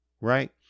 right